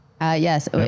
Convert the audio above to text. Yes